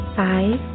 five